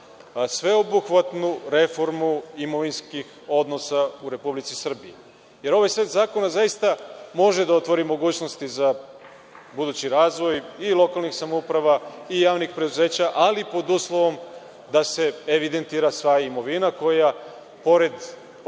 sveobuhvatnu reformu imovinskih odnosa u Republici Srbiji. Jer, ovaj set zakona zaista može da otvori mogućnosti za budući razvoj, i lokalnih samouprava, i javnih preduzeća, ali pod uslovom da se evidentira sva imovina koja, pored